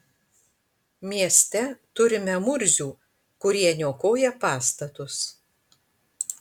mieste turime murzių kurie niokoja pastatus